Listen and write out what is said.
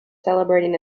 celebrating